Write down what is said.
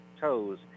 toes